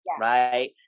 Right